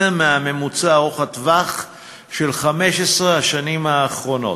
מהממוצע ארוך הטווח של 15 השנים האחרונות.